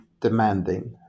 demanding